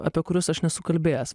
apie kuriuos aš nesu kalbėjęs